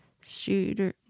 shooter